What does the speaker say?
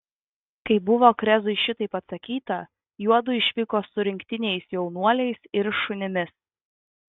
kai buvo krezui šitaip atsakyta juodu išvyko su rinktiniais jaunuoliais ir šunimis